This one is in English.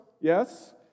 yes